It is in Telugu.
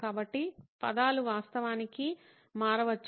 కాబట్టి పదాలు వాస్తవానికి మారవచ్చు